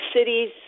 cities